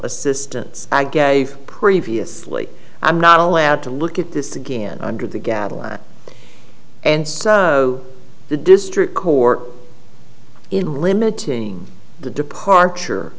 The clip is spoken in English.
assistance i gave previously i'm not allowed to look at this again under the gavel and the district court in limiting the departure